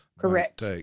Correct